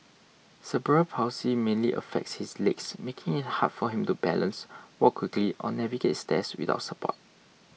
cerebral palsy mainly affects his legs making it hard for him to balance walk quickly or navigate stairs without support